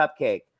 cupcake